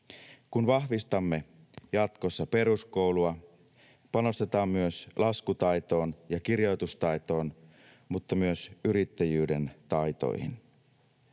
Kun vahvistamme jatkossa peruskoulua, panostetaan myös laskutaitoon ja kirjoitustaitoon, mutta myös yrittäjyyden taitoihin.